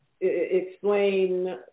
Explain